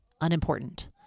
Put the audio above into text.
unimportant